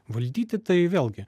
valdyti tai vėlgi